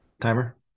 Timer